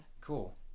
Cool